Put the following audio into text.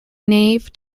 nave